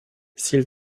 s’il